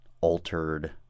altered